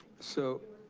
so.